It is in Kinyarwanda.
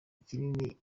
kinini